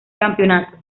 campeonato